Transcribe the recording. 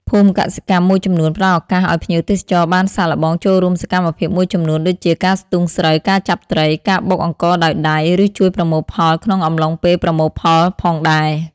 ភូមិកសិកម្មមួយចំនួនផ្ដល់ឱកាសឱ្យភ្ញៀវទេសចរបានសាកល្បងចូលរួមសកម្មភាពមួយចំនួនដូចជា ការស្ទូងស្រូវ ការចាប់ត្រី ការបុកអង្ករដោយដៃ ឬជួយប្រមូលផលក្នុងអំឡុងពេលប្រមូលផលផងដែរ។